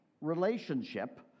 relationship